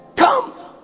Come